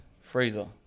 Fraser